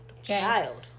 child